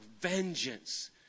vengeance